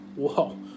Whoa